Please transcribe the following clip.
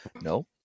No